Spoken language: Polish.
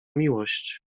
miłość